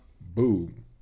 Boom